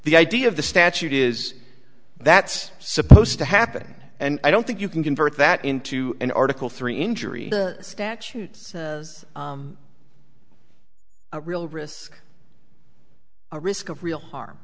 the idea of the statute is that's supposed to happen and i don't think you can convert that into an article three injury statutes as a real risk a risk of real harm